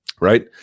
right